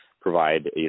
provide